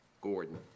Gordon